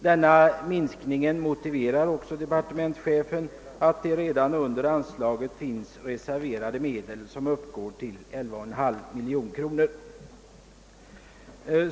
Denna minskning motiverar departementschefen med att det under detta anslag redan finns reserverade medel som uppgår till 11,5 miljoner kronor.